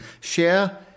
share